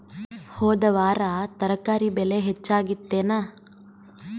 ಹೊದ ವಾರ ತರಕಾರಿ ಬೆಲೆ ಹೆಚ್ಚಾಗಿತ್ತೇನ?